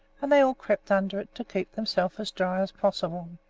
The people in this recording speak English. and they all crept under it to keep themselves as dry as possible.